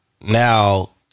Now